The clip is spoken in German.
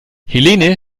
helene